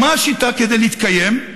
מה השיטה, כדי להתקיים?